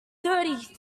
thirty